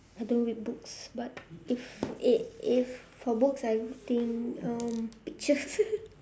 I don't read books but if if if for books I think um pictures